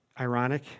ironic